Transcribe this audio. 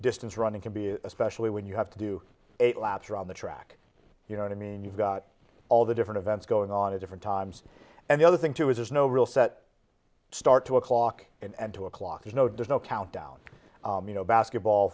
distance running can be especially when you have to do eight laps around the track you know i mean you've got all the different events going on a different times and the other thing too is there's no real set start two o'clock and two o'clock you know does no countdown you know basketball